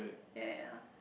ya ya ya